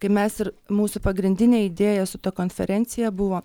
kaip mes ir mūsų pagrindinė idėja su ta konferencija buvo